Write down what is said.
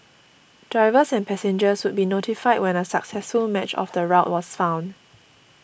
drivers and passengers would be notified when a successful match of the route was found